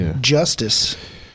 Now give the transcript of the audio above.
justice